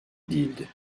değildi